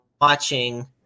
watching